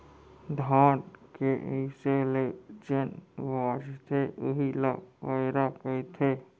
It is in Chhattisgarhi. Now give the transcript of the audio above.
धान के मीसे ले जेन बॉंचथे उही ल पैरा कथें